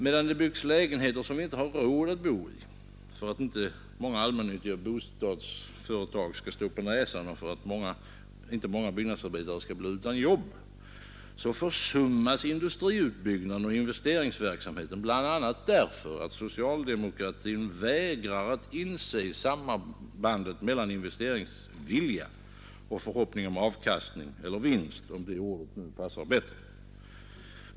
Medan det byggs lägenheter, som vi inte har råd att bo i, för att inte många allmännyttiga bostadsföretag skall stå på näsan och många byggnadsarbetare skall bli utan jobb, försummas industriutbyggnaden och investeringsverksamheten bl.a. därför att socialdemokratin vägrar att inse sambandet mellan investeringsvilja och förhoppning om avkastning eller vinst, om det ordet passar bättre.